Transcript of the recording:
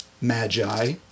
Magi